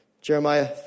Jeremiah